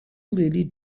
lady